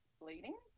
bleeding